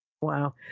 wow